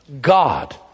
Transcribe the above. God